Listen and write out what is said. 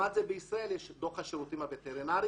בישראל יש את דוח השירותים הווטרינריים